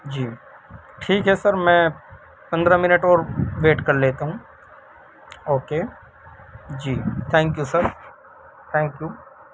جی ٹھیک ہے سر میں پندرہ منٹ اور ویٹ کر لیتا ہوں اوکے جی thank you sir thank you